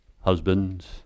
husbands